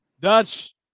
dutch